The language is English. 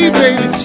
baby